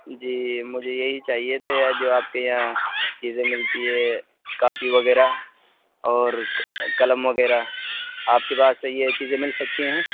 جی مجھے یہی چاہیے تھے جو آپ کے یہاں چیزیں ملتی ہے کاپی وغیرہ اور قلم وغیرہ آپ کے پاس یہ چیزیں مل سکتی ہیں